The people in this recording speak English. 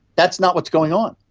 that's not what is going on.